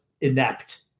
inept